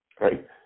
right